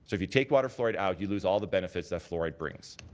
so if you take water fluoride out you lose all the benefits that fluoride brings.